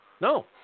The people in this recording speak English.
No